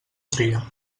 tria